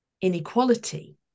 inequality